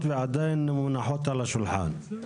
אנחנו מוציאים גם קול קורא להקים עוד 10 חופי רחצה חדשים,